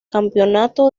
campeonato